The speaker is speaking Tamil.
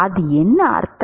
அது என்ன அர்த்தம்